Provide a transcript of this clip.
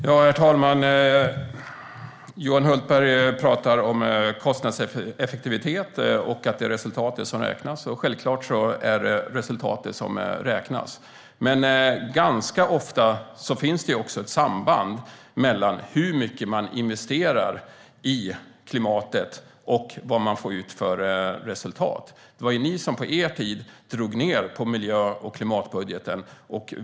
Herr talman! Johan Hultberg talar om kostnadseffektivitet och att det är resultatet som räknas. Självklart är det resultatet som räknas. Men ganska ofta finns det ett samband mellan hur mycket man investerar i klimatet och vilket resultat man får ut. Det var ni som på er tid drog ned på miljö och klimatbudgeten.